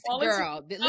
Girl